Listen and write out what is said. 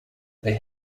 they